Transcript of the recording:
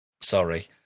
Sorry